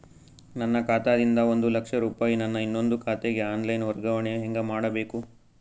ನನ್ನ ಖಾತಾ ದಿಂದ ಒಂದ ಲಕ್ಷ ರೂಪಾಯಿ ನನ್ನ ಇನ್ನೊಂದು ಖಾತೆಗೆ ಆನ್ ಲೈನ್ ವರ್ಗಾವಣೆ ಹೆಂಗ ಮಾಡಬೇಕು?